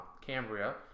Cambria